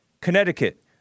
Connecticut